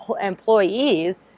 employees